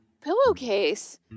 pillowcase